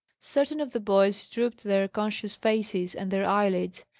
certain of the boys drooped their conscious faces and their eyelids.